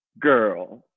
girl